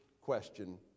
question